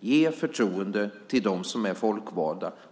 Ge förtroende till dem som är folkvalda!